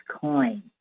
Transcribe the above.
coin